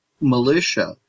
militia